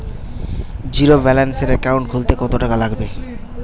জিরোব্যেলেন্সের একাউন্ট খুলতে কত টাকা লাগবে?